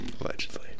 Allegedly